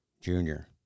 Junior